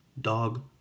Dog